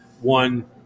one